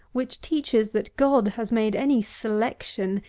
which teaches that god has made any selection,